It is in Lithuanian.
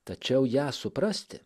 tačiau ją suprasti